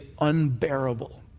unbearable